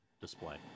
display